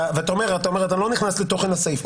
אומר שאתה לא נכנס לתוכן הסעיף,